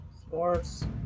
sports